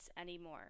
anymore